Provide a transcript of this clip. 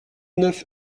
neuf